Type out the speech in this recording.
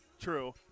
True